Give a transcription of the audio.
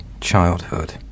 childhood